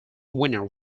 winner